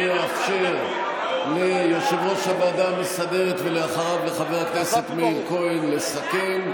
אני אאפשר ליושב-ראש הוועדה המסדרת ואחריו לחבר הכנסת מאיר כהן לסכם,